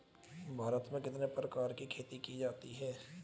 भारत में कितने प्रकार की खेती की जाती हैं?